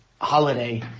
holiday